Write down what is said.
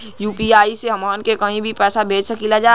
UPI से हमहन के कहीं भी पैसा भेज सकीला जा?